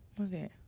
okay